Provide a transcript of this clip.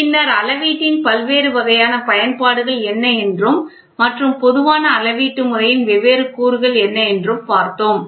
பின்னர் அளவீட்டின் பல்வேறு வகையான பயன்பாடுகள் என்ன என்றும் மற்றும் பொதுவான அளவீட்டு முறையின் வெவ்வேறு கூறுகள் என்ன என்றும் பார்த்தோம்